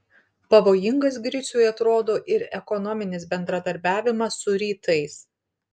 pavojingas griciui atrodo ir ekonominis bendradarbiavimas su rytais